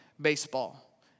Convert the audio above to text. baseball